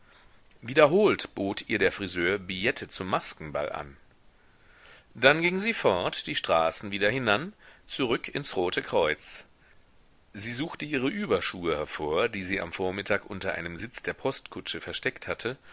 wiederholt bot ihr der friseur billette zum maskenball an dann ging sie fort die straßen wieder hinan zurück ins rote kreuz sie suchte ihre überschuhe hervor die sie am vormittag unter einem sitz der postkutsche versteckt hatte